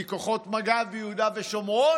כי כוחות מג"ב ביהודה ושומרון